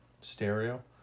stereo